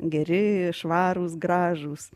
geri švarūs gražūs